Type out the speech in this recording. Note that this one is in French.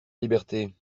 liberté